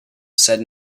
said